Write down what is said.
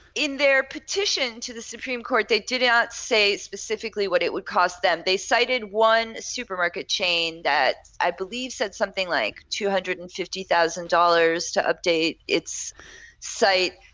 their petition to the supreme court they did not say specifically what it would cost them. they cited one supermarket chain that i believe said something like two hundred and fifty thousand dollars to update its site.